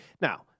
now